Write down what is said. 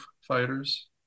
Fighters